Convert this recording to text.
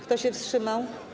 Kto się wstrzymał?